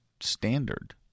standard